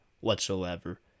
whatsoever